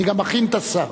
אני גם אכין את השר.